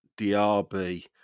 DRB